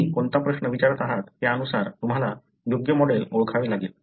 तुम्ही कोणता प्रश्न विचारत आहात त्यानुसार तुम्हाला योग्य मॉडेल ओळखावे लागेल